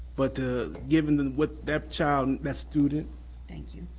but ah giving what that child, and that student thank you.